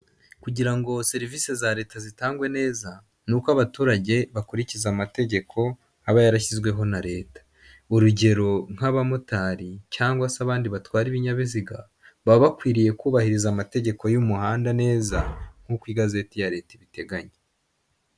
Kugira ngo serivisi za leta zitangwe neza ni uko abaturage bakurikiza amategeko aba yarashyizweho na leta urugero nk'abamotari cyangwase abandi batwara ibinyabiziga baba bakwiriye kubahiriza amategeko y'umuhanda neza nk'uko igazeti ya leta ibiteganya.